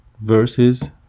versus